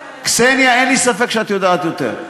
קסניה, אין לי ספק שאת יודעת יותר.